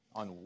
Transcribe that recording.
on